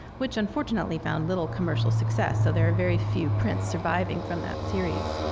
which unfortunately found little commercial success. so there are very few prints surviving from that series.